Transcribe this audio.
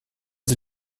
sie